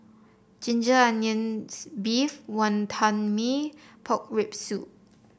Ginger Onions beef Wantan Mee Pork Rib Soup